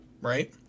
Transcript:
right